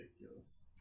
ridiculous